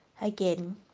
again